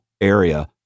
area